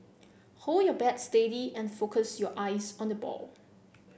hold your bat steady and focus your eyes on the ball